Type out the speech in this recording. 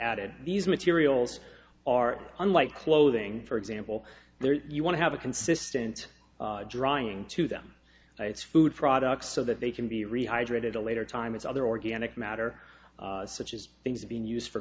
added these materials are unlike clothing for example there you want to have a consistent drying to them it's food products so that they can be rehydrated a later time it's other organic matter such as things being used for